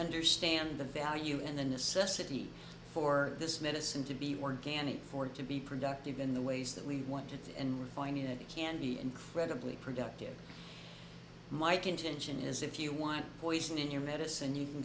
understand the value and the necessity for this medicine to be organic for it to be productive in the ways that we want to and refine it it can be incredibly productive my contention is if you want poison in your medicine you can